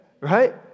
right